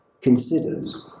considers